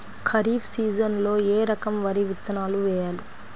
ఖరీఫ్ సీజన్లో ఏ రకం వరి విత్తనాలు వేయాలి?